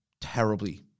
terribly